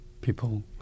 people